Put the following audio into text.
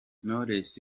knowless